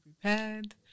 prepared